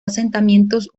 asentamientos